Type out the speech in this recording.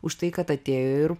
už tai kad atėjo ir